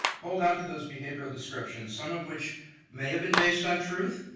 hold on to those behavioral descriptions, some of which may have been based on truth,